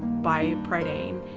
by prydain.